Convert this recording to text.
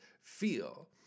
feel